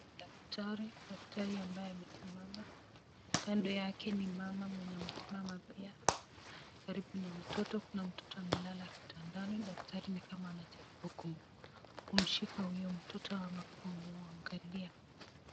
Daktari, daktari ambaye amesimama kando yake ni mama mwenye amesimama pia karibu na mtoto, kuna mtoto amelala kitandani daktari ni kama anjaribu kumshika huyo mtoto ama kumwangalia.